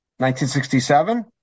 1967